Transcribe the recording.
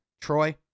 Troy